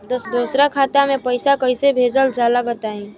दोसरा खाता में पईसा कइसे भेजल जाला बताई?